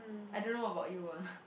I don't know about you ah